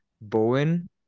Bowen